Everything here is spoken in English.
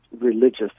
religious